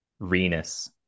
Renus